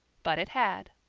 but it had.